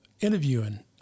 interviewing